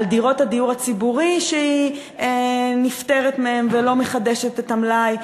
על דירות הדיור הציבורי שהיא נפטרת מהן ולא מחדשת את המלאי.